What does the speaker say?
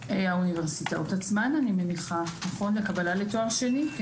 האוניברסיטאות עצמן, אני מניחה, בקבלה לתואר שני.